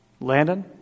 Landon